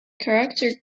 character